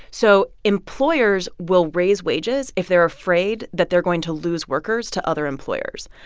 so employers will raise wages if they're afraid that they're going to lose workers to other employers.